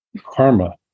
karma